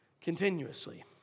continuously